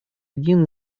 один